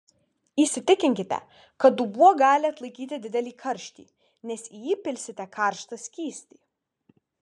įsitikinkite kad dubuo gali atlaikyti didelį karštį nes į jį pilsite karštą skystį